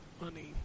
money